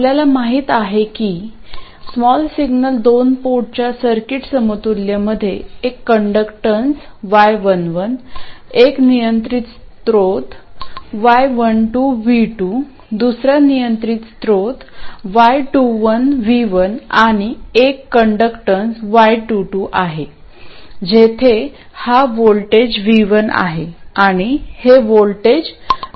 आपल्याला माहित आहे की स्मॉल सिग्नल दोन पोर्टच्या सर्किट समतुल्य मध्ये एक कंडक्टन्स y11 एक नियंत्रण स्त्रोत y12 v2 दुसरा नियंत्रण स्रोत y21 v1 आणि एक कंडक्टन्स y22 आहे जेथे हा व्होल्टेज v1 आहे आणि हे व्होल्टेज v2 आहे